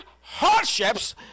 hardships